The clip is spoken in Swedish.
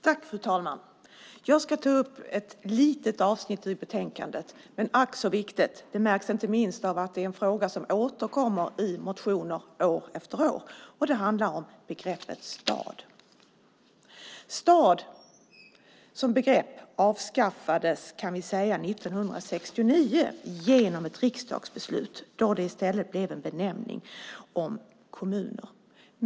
Fru talman! Jag ska ta upp ett litet avsnitt ur betänkandet men ack så viktigt. Det märks inte minst av att det är en fråga som återkommer i motioner år efter år. Det handlar om begreppet stad. Stad som begrepp avskaffades, kan vi säga, 1969 genom ett riksdagsbeslut då det i stället blev benämningen kommuner.